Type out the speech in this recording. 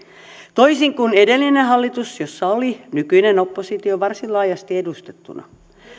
toisin kuin edellinen hallitus jossa oli nykyinen oppositio varsin laajasti edustettuna